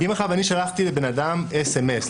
אם אני שלחתי לבן אדם אס.אמ.אס,